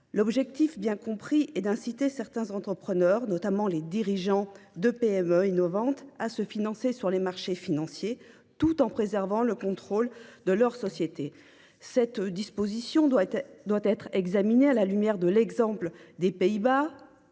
Le but est à l’évidence d’inciter certains entrepreneurs, notamment les dirigeants de PME innovantes, à se financer sur les marchés financiers tout en préservant le contrôle de leur société. Cette disposition doit être examinée à la lumière d’un exemple précis